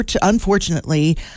Unfortunately